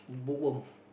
bookworm